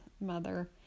mother